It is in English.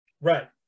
Right